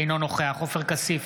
אינו נוכח עופר כסיף,